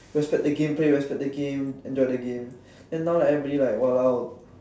respect the game play respect the game enjoy the game and now everybody like !walao!